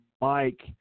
Mike